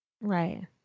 Right